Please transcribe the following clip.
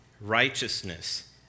righteousness